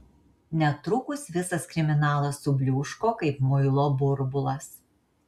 netrukus visas kriminalas subliūško kaip muilo burbulas